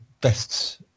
best